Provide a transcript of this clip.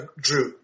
drew